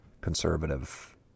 conservative